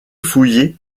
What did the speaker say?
fouillé